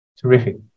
Terrific